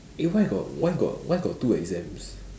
eh why got why got why got two exams